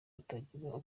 hatagira